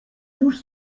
już